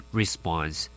response